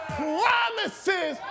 promises